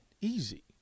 easy